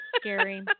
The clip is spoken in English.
scary